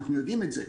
ואנחנו יודעים את זה.